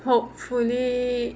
hopefully